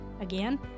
Again